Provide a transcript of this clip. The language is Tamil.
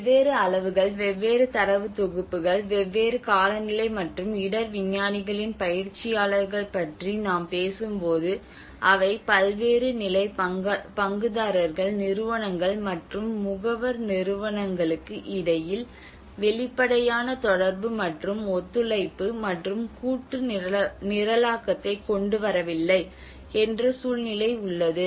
வெவ்வேறு அளவுகள் வெவ்வேறு தரவுத் தொகுப்புகள் வெவ்வேறு காலநிலை மற்றும் இடர் விஞ்ஞானிகளின் பயிற்சியாளர்கள் பற்றி நாம் பேசும்போது அவை பல்வேறு நிலை பங்குதாரர்கள் நிறுவனங்கள் மற்றும் முகவர் நிறுவனங்களுக்கு இடையில் வெளிப்படையான தொடர்பு மற்றும் ஒத்துழைப்பு மற்றும் கூட்டு நிரலாக்கத்தைக் கொண்டு வரவில்லை என்ற சூழ்நிலை உள்ளது